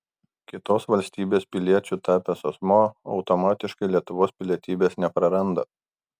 kitos valstybės piliečiu tapęs asmuo automatiškai lietuvos pilietybės nepraranda